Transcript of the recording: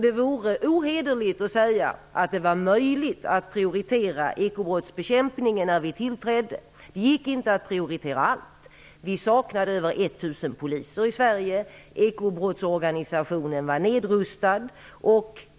Det vore därför ohederligt att säga att det var möjligt att prioritera ekobrottsbekämpningen när vi tillträdde. Det gick inte att prioritera allt. Det saknades över 1 000 poliser i Sverige. Ekobrottsorganisationen var nedrustad.